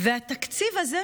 והתקציב הזה,